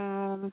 অঁ